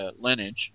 lineage